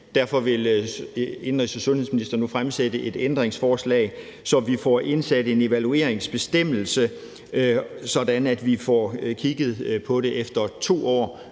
Derfor vil indenrigs- og sundhedsministeren nu fremsætte et ændringsforslag, så vi får indsat en evalueringsbestemmelse, sådan at vi får kigget på det efter 2 år.